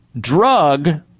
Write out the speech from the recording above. drug